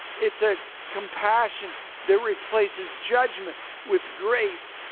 it's a compassion that replaces judgment with grace.